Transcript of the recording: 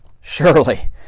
surely